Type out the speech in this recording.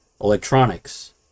Electronics